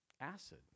Acid